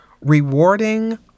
rewarding